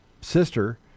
sister